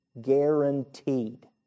Guaranteed